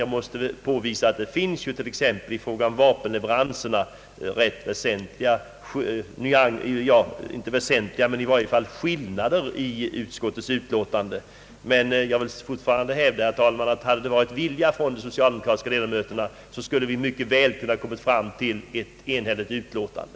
Jag måste dock framhålla att det t. ex i fråga om vapenleveranserna finns skiljaktiga meningar, men jag vill fortfarande hävda, herr talman, att om det hade funnits en vilja därtill hos de socialdemokratiska ledamöterna så skulle vi mycket väl ha kunnat nå fram till ett enhälligt utlåtande.